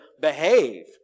behave